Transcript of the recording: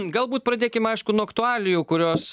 galbūt pradėkim aišku nuo aktualijų kurios